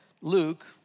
Luke